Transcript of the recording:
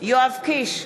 יואב קיש,